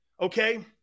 Okay